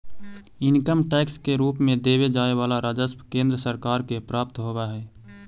income tax के रूप में देवे जाए वाला राजस्व केंद्र सरकार के प्राप्त होव हई